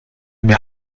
mir